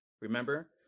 Remember